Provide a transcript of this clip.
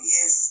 Yes